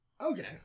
Okay